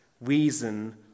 reason